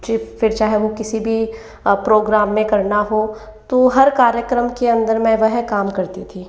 जी फिर चाहे वो किसी भी प्रोग्राम में करना हो तो हर कार्यक्रम के अंदर मैं वह काम करती थी